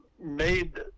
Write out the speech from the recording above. made